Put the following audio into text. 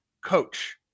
coach